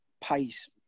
Pace